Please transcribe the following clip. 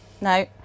No